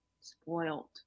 spoiled